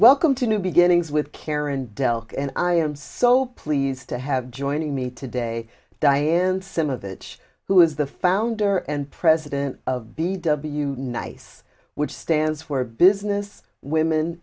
welcome to new beginnings with karen delk and i am so pleased to have joining me today diane some of it who is the founder and president of b w nice which stands for business women